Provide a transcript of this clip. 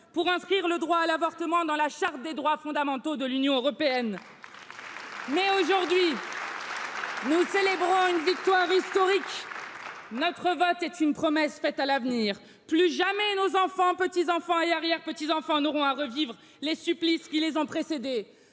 pour inscrire le droit à l'avortement dans la charte des droits fondamentaux de l'union européenne mais aujourd'hui, Nous célébrons une victoire historique. Notre vote est une promesse faite à l'avenir plus jamais, nos enfants, petits enfants et arrière petits enfants n'auront à revivre les supplices qui ont précédées.